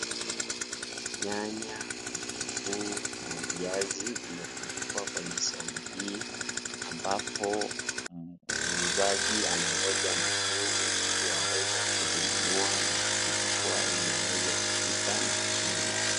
Nyanya, vitunguu na viazi vimetundikwa kwenye sehemu hii ambapo muuzaji anangoja mnunuzi ili aweze kuvinunua na kuvichukua ili aweze kupika na kuvila.